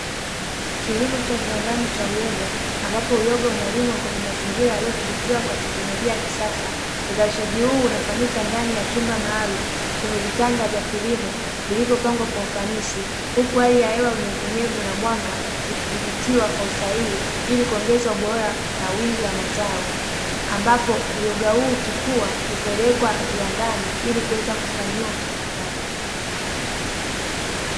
Kilimo cha viwandani cha uyoga ambapo uyoga unalimwa kwenye mazingira yaliyodhibitiwa kwa teknolojia ya kisasa, uzalishaji huu unafanyika ndani ya chumba maalumu chenye vitanda vya kilimo vilivyopangwa kwa ufanisi; huku hali ya hewa unyevunyevu na mwanga vikidhibitiwa kwa usahihi, ili kuongeza ubora na wingi wa mazao, ambapo uyoga huu ukikuwa hupelekwa viwandani ili kuweza kufanyiwa uchakataji.